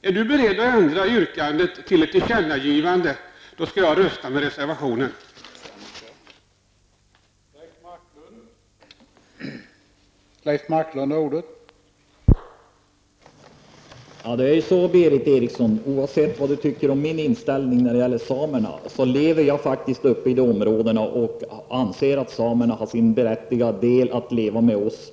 Är du beredd att ändra yrkandet till ett tillkännagivande skall jag rösta för reservationen, Leif Marklund.